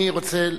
אני רוצה,